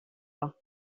pas